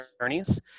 attorneys